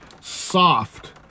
soft